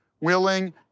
Willing